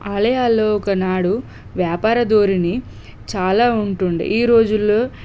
ఆలయాల్లో ఒకనాడు వ్యాపార ధోరణి చాలా ఉంటుండేది ఈ రోజుల్లో